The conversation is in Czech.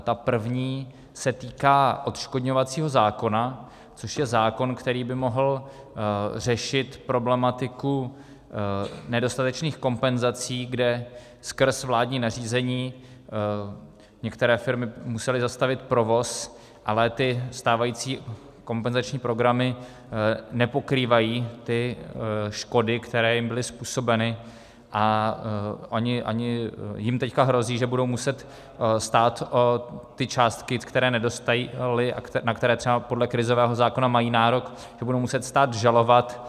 Ta první se týká odškodňovacího zákona, což je zákon, který by mohl řešit problematiku nedostatečných kompenzací, kde skrz vládní nařízení některé firmy musely zastavit provoz, ale stávající kompenzační programy nepokrývají škody, které jim byly způsobeny, a jim teď hrozí, že budou muset stát o ty částky, které nedostaly a na které třeba podle krizového zákona mají nárok, že budou muset stát žalovat.